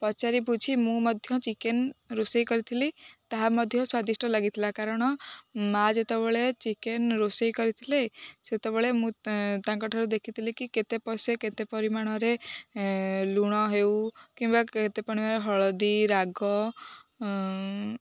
ପଚାରି ବୁଝି ମୁଁ ମଧ୍ୟ ଚିକେନ ରୋଷେଇ କରିଥିଲି ତାହା ମଧ୍ୟ ସ୍ୱାଦିଷ୍ଟ ଲାଗିଥିଲା କାରଣ ମା ଯେତେବେଳେ ଚିକେନ ରୋଷେଇ କରିଥିଲେ ସେତେବେଳେ ମୁଁ ତାଙ୍କ ଠାରୁ ଦେଖିଥିଲି କି କେତେ କେତେ ପରିମାଣରେ ଲୁଣ ହେଉ କିମ୍ବା କେତେ ପରିମାଣରେ ହଳଦୀ ରାଗ